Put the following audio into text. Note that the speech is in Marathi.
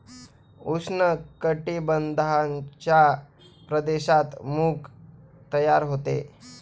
उष्ण कटिबंधाच्या प्रदेशात मूग तयार होते